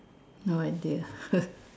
no I did